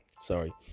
sorry